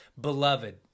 beloved